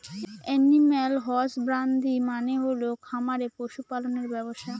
animal husbandry মানে হল খামারে পশু পালনের ব্যবসা